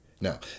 Now